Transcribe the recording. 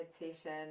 meditation